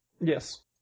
yes